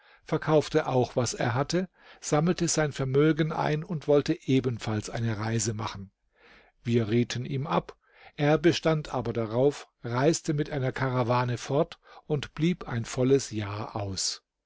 verkaufte auch was er hatte sammelte sein vermögen ein und wollte ebenfalls eine reise machen wir rieten ihm ab er bestand aber darauf reiste mit einer karawane fort und blieb ein volles jahr aus